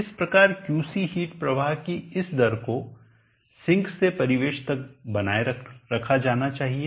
इस प्रकार QC heat प्रवाह की इस दर को सिंक से परिवेश तक बनाए रखा जाना चाहिए